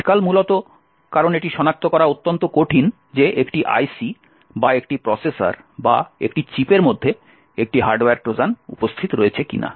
আজকাল মূলত কারণ এটি সনাক্ত করা অত্যন্ত কঠিন যে একটি আই সি বা একটি প্রসেসর বা একটি চিপের মধ্যে একটি হার্ডওয়্যার ট্রোজান উপস্থিত রয়েছে কিনা